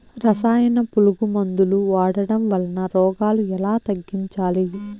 రసాయన పులుగు మందులు వాడడం వలన రోగాలు ఎలా తగ్గించాలి?